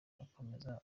akomeza